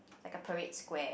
like the parade square